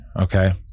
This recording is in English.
Okay